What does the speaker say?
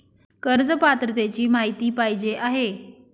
कर्ज पात्रतेची माहिती पाहिजे आहे?